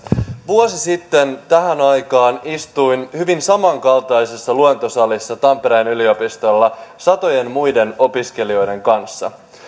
vuosi sitten tähän aikaan istuin hyvin samankaltaisessa luentosalissa tampereen yliopistolla satojen muiden opiskelijoiden kanssa